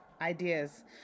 ideas